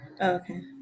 okay